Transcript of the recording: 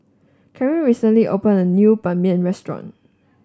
Caryn recently opened a new Ban Mian restaurant